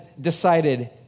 decided